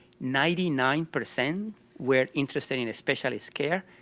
ninety nine percent were interested in a specialist's care,